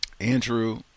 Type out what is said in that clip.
Andrew